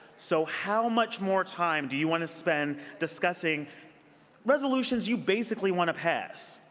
so how much more time do you want to spend discussing resolutions you basically want to pass?